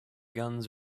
guns